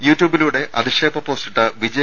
യൂട്യൂബിലൂടെ അധിക്ഷേപ പോസ്റ്റിട്ട വിജയ്